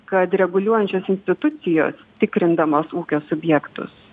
kad reguliuojančios institucijos tikrindamos ūkio subjektus